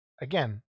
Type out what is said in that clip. again